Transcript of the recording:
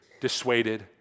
dissuaded